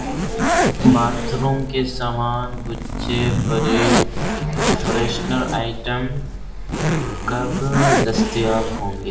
bathroom کے سامان گچھے فرے فریشنر آئٹم کب دستیاب ہوں گے